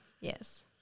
yes